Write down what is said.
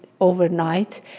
overnight